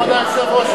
כבוד היושב-ראש,